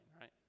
right